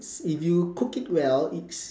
s~ if you cook it well it's